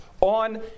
on